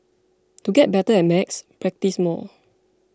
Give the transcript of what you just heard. to get better at maths practise more